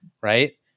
right